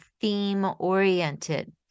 theme-oriented